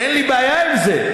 ואין לי בעיה עם זה,